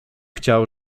chciał